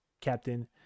captain